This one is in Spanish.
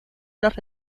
los